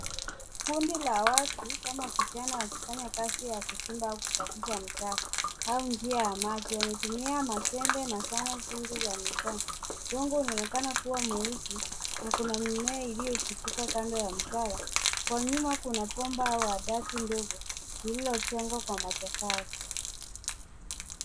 Kundi la watu kama vijana wakifanya kazi ya kuchimba au kusafisha mtaa au njia ya maji. Wametumia majembe na zanaa zingi za mikono. Udongo unaonekana kuwa mweusi na kuna mimea iliyochipuka kando ya mtaro. Kwa nyuma kuna bomba au handaki ndogo lililojengwa kwa matofali.